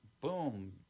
boom